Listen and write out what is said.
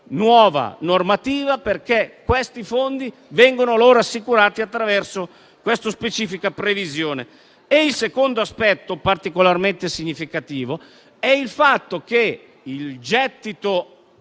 Il secondo aspetto particolarmente significativo è il fatto che il gettito